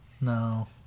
No